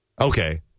Okay